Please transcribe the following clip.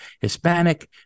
Hispanic